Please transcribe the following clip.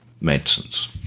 medicines